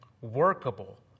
workable